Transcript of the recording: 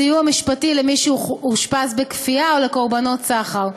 סיוע משפטי למי שאושפז בכפייה או לקורבנות סחר.